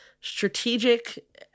strategic